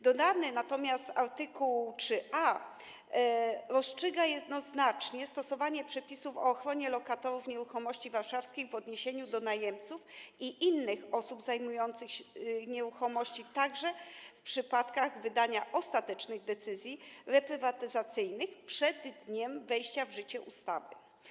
Dodany natomiast art. 3a rozstrzyga jednoznacznie o stosowaniu przepisów o ochronie lokatorów nieruchomości warszawskich w odniesieniu do najemców i innych osób zajmujących nieruchomości, także w przypadkach wydania ostatecznych decyzji reprywatyzacyjnych przed dniem wejścia w życie ustawy.